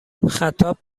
خطاب